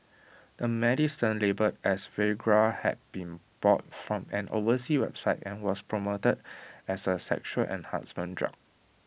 the medicine labelled as Viagra had been bought from an overseas website and was promoted as A sexual enhancement drug